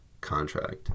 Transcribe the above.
contract